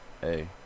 hey